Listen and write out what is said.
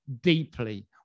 deeply